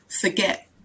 forget